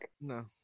No